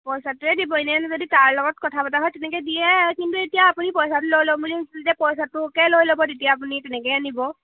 পইচাটোৱে দিব এনে যদি তাৰ লগত কথা পতা হয় তেনেকে দিয়ে কিন্তু এতিয়া আপুনি পইচাটো লৈ ল'ম বুলি ভাবিছিল যে পইচাটোকে লৈ ল'ব তেতিয়া আপুনি তেনেকেয়ে নিব